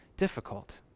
difficult